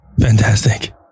Fantastic